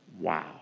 Wow